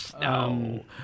no